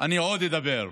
אני עוד אדבר,